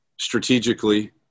strategically